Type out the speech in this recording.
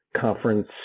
conference